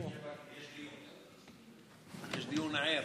יש דיון, יש דיון ער.